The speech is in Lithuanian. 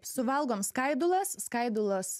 suvalgom skaidulas skaidulos